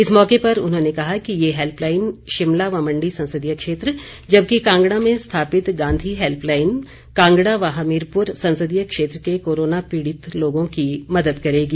इस मौके पर उन्होंने कहा ये हेल्पलाइन शिमला व मंडी संसदीय क्षेत्र जबकि कांगड़ा में स्थापित गांधी हेल्पलाइन कांगड़ा व हमीरपुर संसदीय क्षेत्र के कोरोना पीड़ित लोगों की मदद करेगी